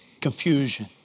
confusion